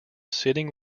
sitting